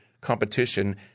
competition